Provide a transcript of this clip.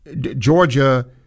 Georgia